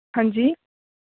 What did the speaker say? हां जी